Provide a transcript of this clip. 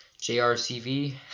JRCV